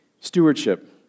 Stewardship